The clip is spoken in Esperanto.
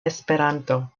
esperanto